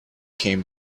came